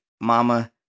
mama